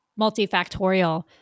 multifactorial